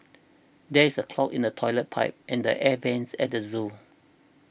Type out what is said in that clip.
there is a clog in the Toilet Pipe and the Air Vents at the zoo